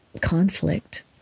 conflict